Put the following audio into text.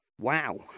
Wow